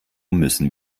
müssen